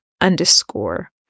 underscore